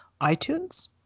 iTunes